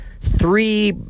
three